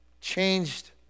Changed